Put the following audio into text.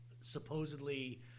supposedly